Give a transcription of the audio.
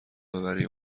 ببری